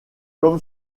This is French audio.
comme